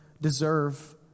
deserve